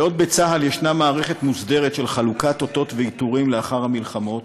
בעוד בצה"ל יש מערכת מוסדרת של חלוקת אותות ועיטורים לאחר המלחמות,